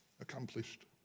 Accomplished